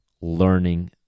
learning